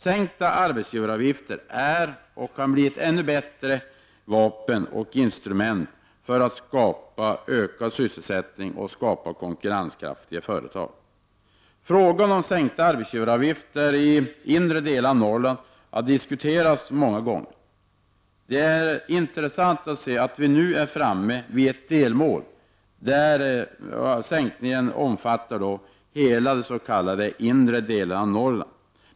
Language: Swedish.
Sänkta arbetsgivaravgifter är, menar vi, ett bra vapen, ett instrument som också kan bli ännu bättre när det gäller att skapa en ökad sysselsättning samt konkurrenskraftiga företag. Frågan om sänkta arbetsgivaravgifter för företag i inre delen av Norrland har ju också diskuterats många gånger. Det är intressant att konstatera att vi nu är framme vid ett delmål. Sänkningen av arbetsgivaravgifterna omfattar hela inre delen av Norland.